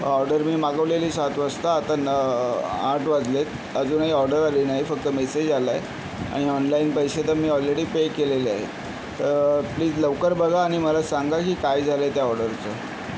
order मी मागवलेली सात वाजता आता न आठ वाजलेत अजूनही ऑर्डर आलेली नाही फक्त मेसेज आला आहे आणि ऑनलाईन पैसे तर मी ऑलरेडी पे केलेले आहेत तर प्लीज लवकर बघा आणि मला सांगा की काय झालं आहे त्या ऑर्डरचं